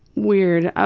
weird.